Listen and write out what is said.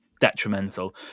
detrimental